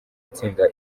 itsinda